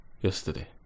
yesterday